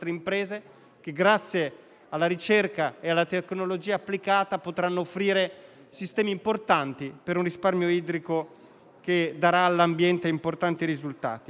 che grazie alla ricerca e alla tecnologia applicata potranno offrire sistemi importanti per un risparmio idrico che darà all'ambiente notevoli risultati.